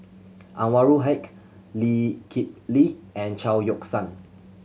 Anwarul Haque Lee Kip Lee and Chao Yoke San